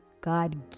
God